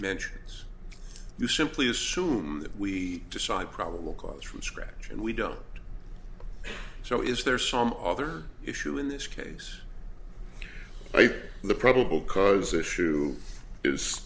mentions you simply assume that we decide probable cause from scratch and we don't so is there some other issue in this case i think the probable cause issue is